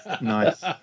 Nice